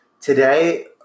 Today